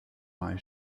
mei